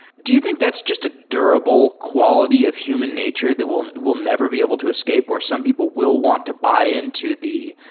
do you think that's just a durable quality of human nature that we'll never be able to escape where some people will want to buy into the,